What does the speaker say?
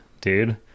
dude